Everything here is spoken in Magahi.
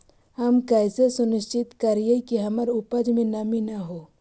हम कैसे सुनिश्चित करिअई कि हमर उपज में नमी न होय?